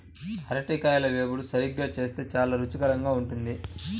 అరటికాయల వేపుడు సరిగ్గా చేస్తే చాలా రుచికరంగా ఉంటుంది